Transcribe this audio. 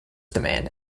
demand